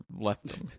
left